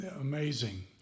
amazing